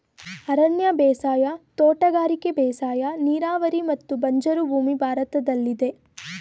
ಅರಣ್ಯ ಬೇಸಾಯ, ತೋಟಗಾರಿಕೆ ಬೇಸಾಯ, ನೀರಾವರಿ ಮತ್ತು ಬಂಜರು ಭೂಮಿ ಭಾರತದಲ್ಲಿದೆ